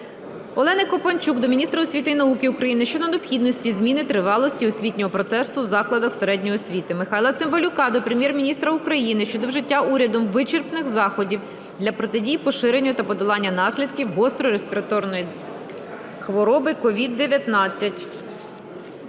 Олени Копанчук до міністра освіти і науки України щодо необхідності зміни тривалості освітнього процесу в закладах середньої освіти. Михайла Цимбалюка до Прем'єр-міністра України щодо вжиття урядом вичерпних заходів для протидії поширенню та подолання наслідків гострої респіраторної хвороби СОVID-19.